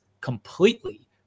completely